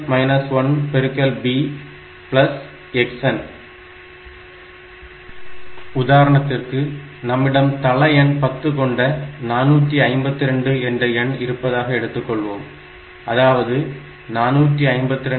xn 1 b xn உதாரணத்திற்கு நம்மிடம் தள எண் 10 கொண்ட 452 என்ற எண் இருப்பதாக எடுத்துக்கொள்வோம் அதாவது 10